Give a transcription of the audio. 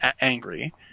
angry